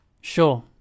Sure